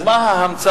אז מה ההמצאה?